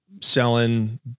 selling